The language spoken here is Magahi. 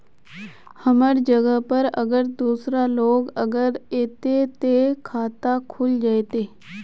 हमर जगह पर अगर दूसरा लोग अगर ऐते ते खाता खुल जते?